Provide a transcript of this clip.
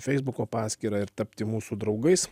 feisbuko paskyrą ir tapti mūsų draugais